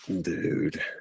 Dude